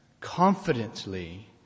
confidently